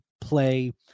play